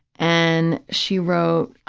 and she wrote,